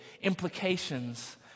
implications